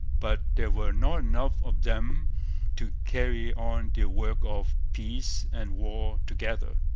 but there were not enough of them to carry on the work of peace and war together.